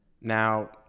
Now